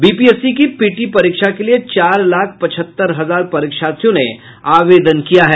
BPSC की PT परीक्षा के लिये चार लाख पचहत्तर हजार परीक्षार्थियों ने आवेदन किया है